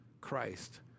Christ